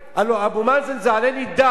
הרי אבו מאזן זה עלה נידף.